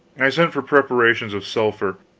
i sent for preparations of sulphur,